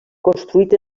construït